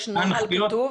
יש נוהל כתוב?